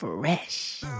Fresh